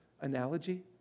analogy